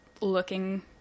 looking